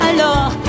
Alors